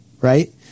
right